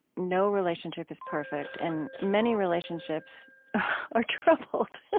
no relationship is perfect and many relationships are troubled,